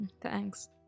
Thanks